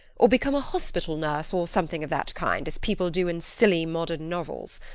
or become a hospital nurse, or something of that kind, as people do in silly modern novels.